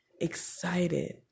excited